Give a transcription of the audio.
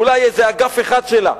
אולי איזה אגף אחד שלה.